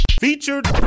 Featured